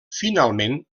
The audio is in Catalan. finalment